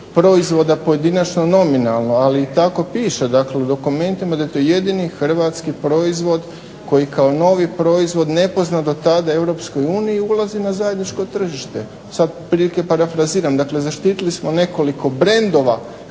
proizvoda pojedinačno nominalno, ali tako piše dakle u dokumentima da je to jedini hrvatski proizvod koji kao novi proizvod nepoznat do tada Europskoj uniji ulazi na zajedničko tržište. Sad otprilike parafraziram, dakle zaštitili smo nekoliko brendova